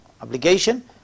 obligation